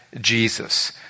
Jesus